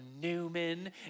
Newman